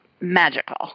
magical